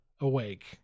Awake